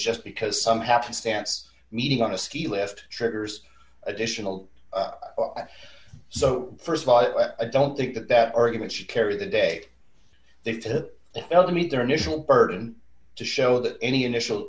just because some happenstance meeting on a ski lift triggers additional so st of all i don't think that that argument should carry the day they have to meet their national burden to show that any initial